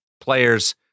players